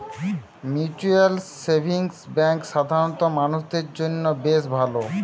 mutual savings bank সাধারণ মানুষদের জন্য বেশ ভালো